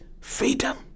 freedom